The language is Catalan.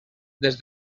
des